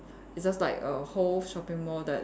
it's just like a whole shopping mall that